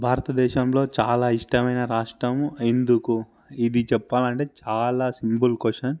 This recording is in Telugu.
భారతదేశంలో చాలా ఇష్టమైన రాష్ట్రం ఎందుకు ఇది చెప్పాలంటే చాలా సింపుల్ క్వశ్చన్